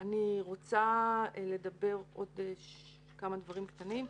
אני רוצה לדבר על עוד כמה דברים קטנים.